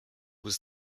was